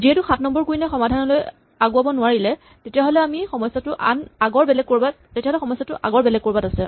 যিহেতু সাত নম্বৰ কুইন এ সমাধানলৈ আগুৱাব নোৱাৰিলে তেতিয়াহ'লে সমস্যাটো আগৰ বেলেগ ক'ৰবাত আছে